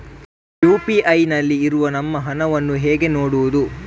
UPI ನಲ್ಲಿ ಇರುವ ನಮ್ಮ ಹಣವನ್ನು ಹೇಗೆ ನೋಡುವುದು?